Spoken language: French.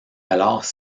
alors